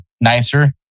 nicer